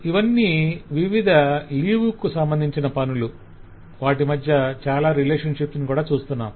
ఇవన్నీ వివిధ లీవ్ కు సంబధించిన పనులు వాటి మధ్య చాలా రిలేషన్షిప్స్ ని కూడా చూస్తున్నాం